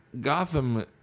Gotham